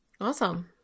Awesome